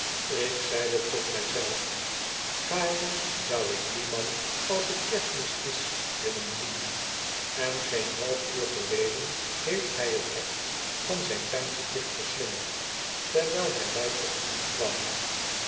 ik zeide tot mij zelven g aarne zou ik dien man als t kerstmis is willen zien en geen half uur geleden heeft hij t hek van zijn tuintje dicht geslingerd terwijl hij mij te gemoet kwam